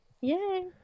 Yay